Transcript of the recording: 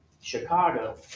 Chicago